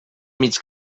mig